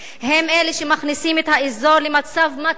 הם אלה שמכניסים את האזור למצב מתמיד